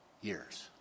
years